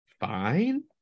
fine